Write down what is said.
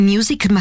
Music